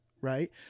Right